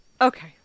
okay